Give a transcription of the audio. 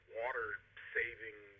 water-saving